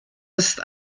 ist